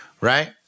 Right